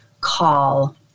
call